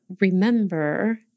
remember